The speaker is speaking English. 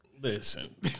Listen